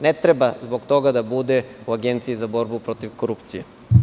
Ne treba zbog toga da bude u Agenciji za borbu protiv korupcije.